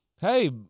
hey